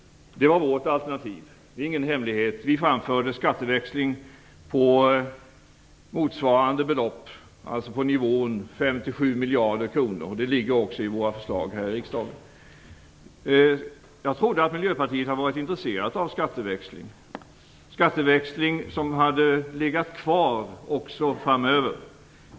Det var vårt alternativ, och det är ingen hemlighet. Vi framförde förslag om skatteväxling och föreslog motsvarande belopp - i storleksordningen 5-7 miljarder kronor. Det återfinns också i våra förslag här i riksdagen. Jag trodde att Miljöpartiet var intresserat av en skatteväxling, som hade legat kvar också framöver.